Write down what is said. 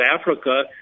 Africa